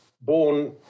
born